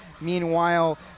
Meanwhile